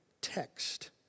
text